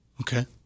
Okay